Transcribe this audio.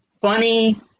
funny